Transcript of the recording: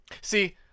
See